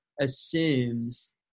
assumes